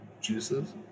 juices